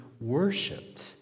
worshipped